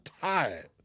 tired